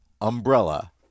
umbrella